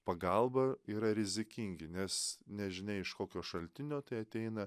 pagalbą yra rizikingi nes nežinia iš kokio šaltinio tai ateina